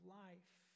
life